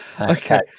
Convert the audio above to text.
Okay